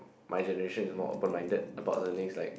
my generation is more open minded about the things like